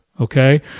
Okay